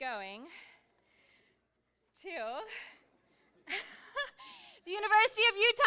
going to the university of utah